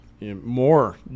More